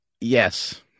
yes